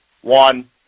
one